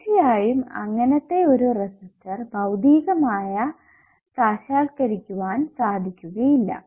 തീർച്ചയായും അങ്ങനത്തെ ഒരു റെസിസ്റ്റർ ഭൌതികമായി സാഷാത്കരിക്കുവാൻ സാധിക്കുകയില്ല